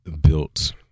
built